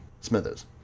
Smithers